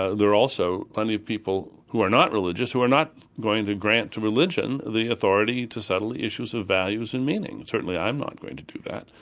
ah there are also plenty of people who are not religious, who are not going to grant to religion the authority to settle the issues of values and meanings. certainly i'm not going to do that.